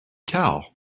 tell